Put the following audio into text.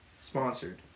Sponsored